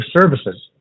services